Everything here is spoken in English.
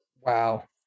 Wow